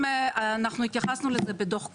אנחנו התייחסנו לזה בדוח קודם.